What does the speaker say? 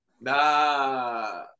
Nah